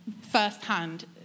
firsthand